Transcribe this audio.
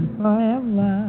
forever